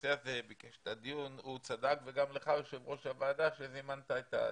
הנושא הזה וגם לך אדוני היושב ראש תודה על כך שזימנת את הדיון.